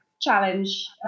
challenge